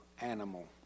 animal